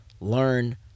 learn